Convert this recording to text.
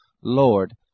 Lord